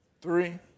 Three